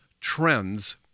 trends